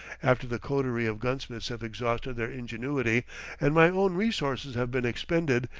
after the coterie of gunsmiths have exhausted their ingenuity and my own resources have been expended,